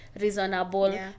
reasonable